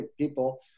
people